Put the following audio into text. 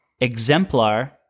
Exemplar